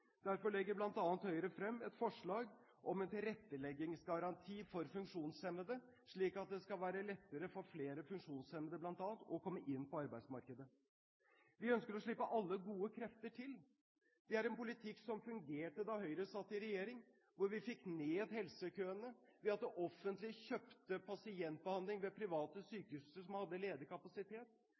Derfor legger bl.a. Høyre frem et forslag om en tilretteleggingsgaranti for funksjonshemmede, slik at det skal være lettere for flere funksjonshemmede bl.a. å komme inn på arbeidsmarkedet. Vi ønsker å slippe alle gode krefter til. Det er en politikk som fungerte da Høyre satt i regjering: Vi fikk ned helsekøene ved at det offentlige kjøpte pasientbehandling ved private sykehus som hadde ledig kapasitet.